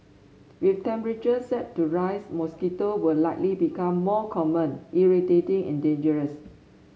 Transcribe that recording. with temperatures set to rise mosquito will likely become more common irritating and dangerous